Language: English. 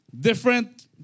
Different